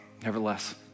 Nevertheless